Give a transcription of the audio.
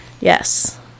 Yes